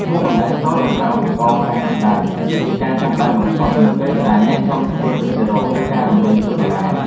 វាស់កម្ដៅស្ករដោយប្រើឧបករណ៍តេស្តកម្ដៅ គឺជាការចាំបាច់បំផុតនៅពេលដែលអ្នកចង់ធ្វើទឹកស៊ីរ៉ូ ឬការរំលាយសូកូឡា។